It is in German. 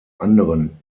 anderen